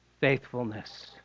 Faithfulness